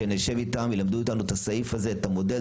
שנשב איתם שילמדו אותנו את הסעיף הזה: את המודל,